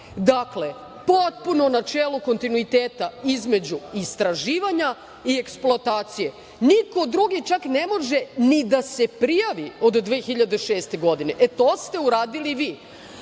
Dakle, potpuno načelo kontinuiteta između istraživanja i eksploatacije. Niko drugo čak ne može ni da se prijavi od 2006. godine. To ste uradili vi,